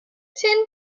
ten